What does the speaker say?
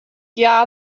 hja